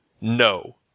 no